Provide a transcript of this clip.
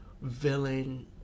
villain